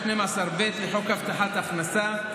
ו-12ב לחוק הבטחת הכנסה,